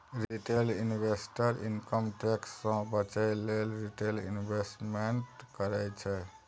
retail investor income tax सँ बचय लेल रिटेल इंवेस्टमेंट करय छै